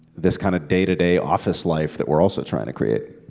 this kind of day to day office life that we're also trying to create.